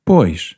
Pois